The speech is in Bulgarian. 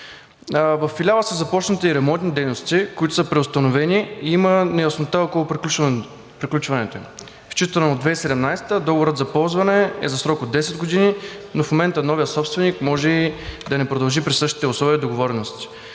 Във Филиала са започнати ремонтни дейности, които са преустановени, и има неяснота около приключването им. Считано от 2017 г. договорът за ползване е за срок от 10 години, но в момента новият собственик може и да не продължи при същите условия и договорености.